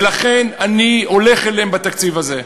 ולכן אני הולך אליהם בתקציב הזה.